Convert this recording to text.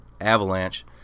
Avalanche